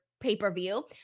pay-per-view